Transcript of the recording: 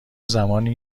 زمانی